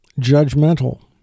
judgmental